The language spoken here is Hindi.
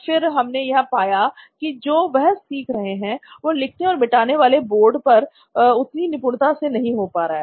फिर हमने यह पाया कि जो वह सीख रहे हैं वह लिखने और मिटाने वाले बोर्ड पर उतनी निपुणता से नहीं हो पा रहा है